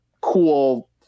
cool